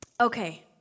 okay